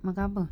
makan apa